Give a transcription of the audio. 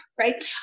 right